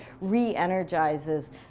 re-energizes